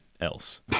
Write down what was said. else